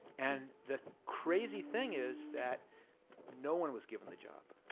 and the crazy thing is, that no one was given the job.